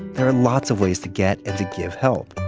there are lots of ways to get and to give help.